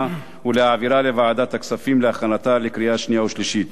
ולהעבירה לוועדת הכספים להכנתה לקריאה שנייה ושלישית.